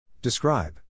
Describe